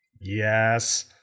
Yes